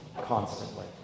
constantly